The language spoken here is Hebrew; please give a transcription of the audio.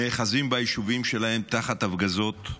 נאחזים ביישובים שלהם תחת הפגזות,